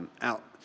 out